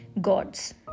gods